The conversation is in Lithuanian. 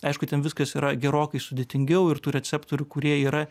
aišku ten viskas yra gerokai sudėtingiau ir tų receptorių kurie yra